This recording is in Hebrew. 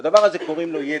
לדבר זה קוראים "ידע".